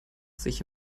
sich